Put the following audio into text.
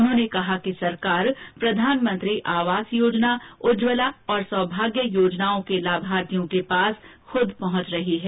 उन्होंने कहा कि सरकार प्रधानमंत्री आवास योजना उज्जवला और सौभाग्य योजनाओं के लाभार्थियों के पास खूद पहंच रही हैं